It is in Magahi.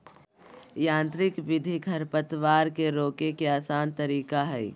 यांत्रिक विधि खरपतवार के रोके के आसन तरीका हइ